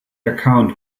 account